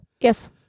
Yes